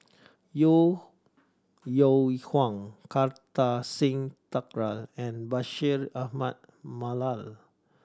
Yeo Yeow Kwang Kartar Singh Thakral and Bashir Ahmad Mallal